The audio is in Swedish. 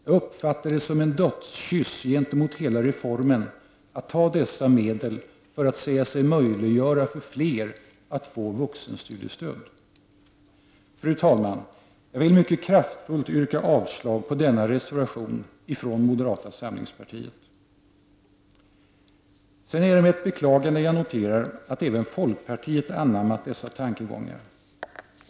Jag uppfattar det som en dödskyss gentemot hela reformen att ta dessa medel för att därigenom säga sig möjliggöra för fler att få vuxenstudiestöd. Fru talman! Jag vill mycket kraftfullt yrka avslag på denna reservation från moderata samlingspartiet. Med ett beklagande noterar jag att även folkpartiet anammat dessa tankegångar.